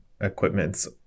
equipments